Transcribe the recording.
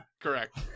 Correct